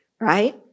right